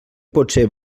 potser